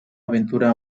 aventura